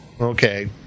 Okay